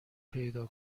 پیدا